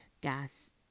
gas